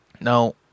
Now